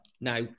now